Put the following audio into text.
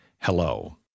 hello